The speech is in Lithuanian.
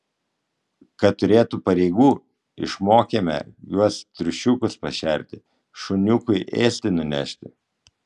kad turėtų pareigų išmokėme juos triušiukus pašerti šuniukui ėsti nunešti